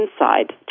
inside